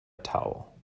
towel